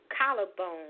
collarbone